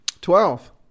Twelve